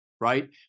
right